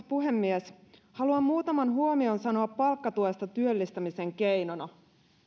puhemies haluan muutaman huomion sanoa palkkatuesta työllistämisen keinona